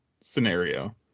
scenario